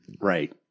Right